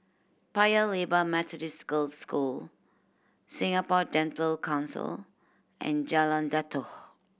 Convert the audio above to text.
Paya Lebar Methodist Girls' School Singapore Dental Council and Jalan Datoh